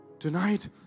Tonight